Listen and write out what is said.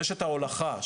רשת ההולכה,